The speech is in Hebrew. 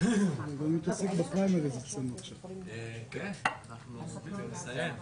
הסעיף הראשון זה הצעת חוק הנכים (תגמולים ושיקום)(תיקון מס' 33),